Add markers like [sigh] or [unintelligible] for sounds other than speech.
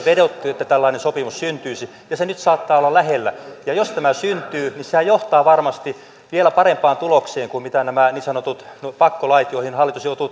[unintelligible] vedottu että tällainen sopimus syntyisi ja se nyt saattaa olla lähellä jos tämä syntyy niin sehän johtaa varmasti vielä parempaan tulokseen kuin nämä niin sanotut pakkolait joihin hallitus joutuu [unintelligible]